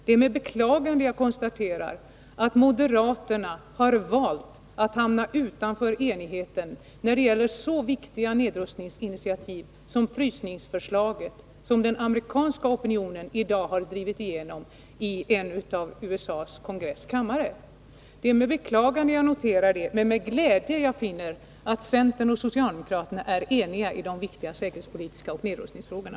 Det är med beklagande jag konstaterar att moderaterna har valt att hamna utanför enigheten när det gäller så viktiga nedrustningsinitiativ som frysningsförslaget, som den amerikanska opinionen i dag har drivit igenom i en av kongressens kammare i USA. Det är med beklagande jag noterar moderaternas inställning men med glädje jag finner att centern och socialdemokraterna är eniga i de viktiga säkerhetspolitiska frågorna och nedrustningsfrågorna.